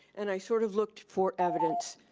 and i sort of looked for evidence.